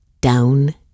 down